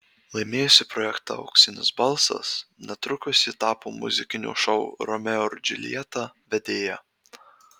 laimėjusi projektą auksinis balsas netrukus ji tapo muzikinio šou romeo ir džiuljeta vedėja